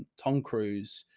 tom cruise,